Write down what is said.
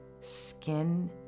Skin